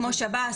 כמו שב"ס,